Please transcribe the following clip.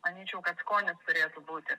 manyčiau kad skonis turėtų būti